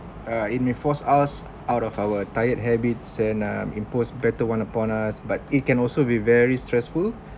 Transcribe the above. uh it may force us out of our tired habit and uh imposed better one upon us but it can also be very stressful